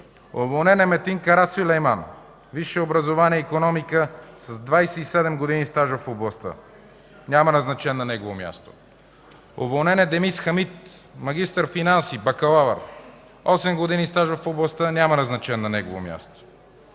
Уволнен е Метин Карасюлейман – висше образование „Икономика”, с 27 години стаж в областта. Няма назначен на негово място. Уволнен е Дениз Хамид – магистър „Финанси”, бакалавър, 8 години стаж в областта. Няма назначен на негово място.